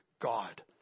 God